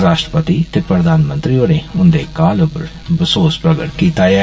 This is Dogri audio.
राश्ट्रपति ते प्रधानमंत्री होरें उन्दे काल पर बसोस प्रगट कीता ऐ